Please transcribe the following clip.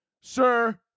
sir